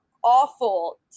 awful